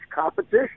competition